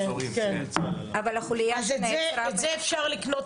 אז את זה אפשר לקנות